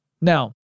Now